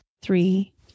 Three